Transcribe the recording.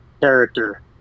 character